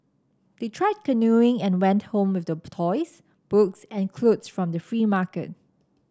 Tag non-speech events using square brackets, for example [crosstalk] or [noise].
they tried canoeing and went home with the [unintelligible] toys books and clothes from the free market